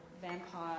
vampire